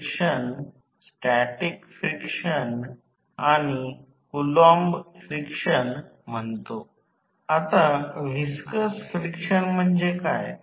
तर short circuit voltage 220 volt च्या 5 ते 8 टक्के आवश्यक आहे म्हणजे 5 ते 8 टक्के म्हणजे 220 व्होल्ट च्या साधारणपणे 5 टक्के म्हणजे 11 व्होल्ट